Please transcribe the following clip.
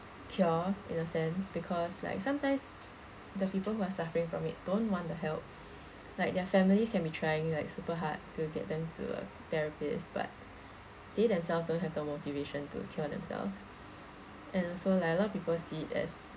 cure in a sense because like sometimes the people who are suffering from it don't want the help like their families can be trying like super hard to get them to a therapist but they themselves don't have the motivation to cure themselves and also like a lot of people see it as